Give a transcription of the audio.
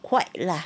quite lah